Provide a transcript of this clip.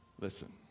Listen